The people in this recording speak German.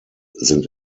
sind